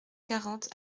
quarante